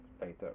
later